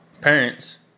parents